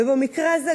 ובמקרה הזה,